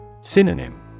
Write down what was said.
Synonym